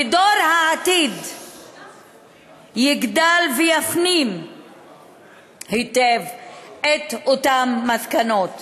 ודור העתיד יגדל ויפנים היטב את אותן מסקנות.